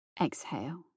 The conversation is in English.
Exhale